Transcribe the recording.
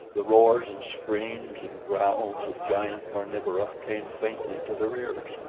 the roars and screams and growls of giant carnivora came faintly to their ears.